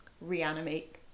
reanimate